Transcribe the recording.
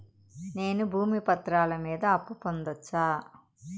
నేను భూమి పత్రాల మీద అప్పు పొందొచ్చా?